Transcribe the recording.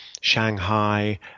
Shanghai